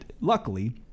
luckily